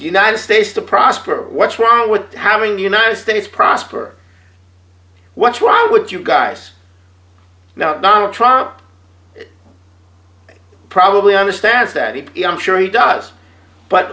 the united states to prosper what's wrong with having the united states prosper what's why would you guys now donald trump probably understands that i'm sure he does but